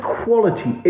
quality